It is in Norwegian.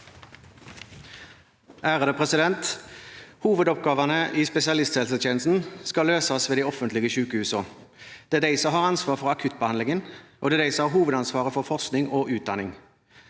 (H) Hovedoppgavene i spesialisthelsetjenesten skal løses ved de offentlige sykehusene. Det er de som har ansvar for akuttbehandlingen, og det er de som har hovedansvaret for forskning og utdanning.